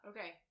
Okay